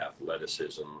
athleticism